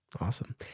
Awesome